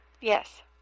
Yes